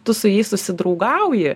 tu su jais susidraugauji